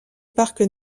parc